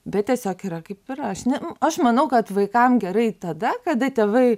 bet tiesiog yra kaip aš ne aš manau kad vaikam gerai tada kada tėvai